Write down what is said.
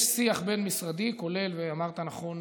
יש שיח בין-משרדי כולל, ואמרת נכון